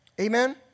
Amen